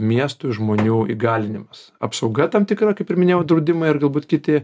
miestui žmonių įgalinimas apsauga tam tikra kaip ir minėjau draudimai ar galbūt kiti